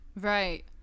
Right